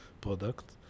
product